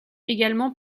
également